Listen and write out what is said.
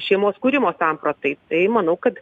šeimos kūrimo sampratai tai manau kad